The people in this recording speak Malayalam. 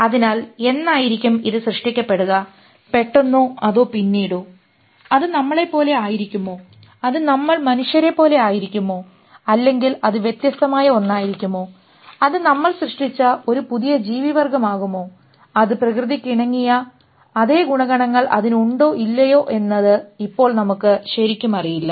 അതിനാൽ എന്നായിരിക്കും ഇത് സൃഷ്ടിക്കപ്പെടുക പെട്ടെന്നോ അതോ പിന്നീടോ അത് നമ്മളെ പോലെ ആയിരിക്കുമോ അത് നമ്മൾ മനുഷ്യരെ പോലെ ആയിരിക്കുമോ അല്ലെങ്കിൽ അത് വ്യത്യസ്തമായ ഒന്നായിരിക്കുമോ അത് നമ്മൾ സൃഷ്ടിച്ച ഒരു പുതിയ ജീവിവർഗമാകുമോ അത് പ്രകൃതിക്കിണങ്ങിയ ഗുണഗണങ്ങൾ അതിനു ഉണ്ടോ ഇല്ലയോ എന്നത് ഇപ്പോൾ നമുക്ക് ശരിക്കും അറിയില്ല